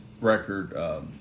record